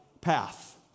path